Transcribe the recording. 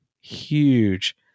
huge